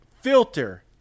filter